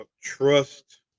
trust